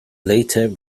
later